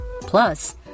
Plus